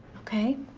okay,